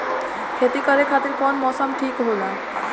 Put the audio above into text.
खेती करे खातिर कौन मौसम ठीक होला?